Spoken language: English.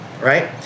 right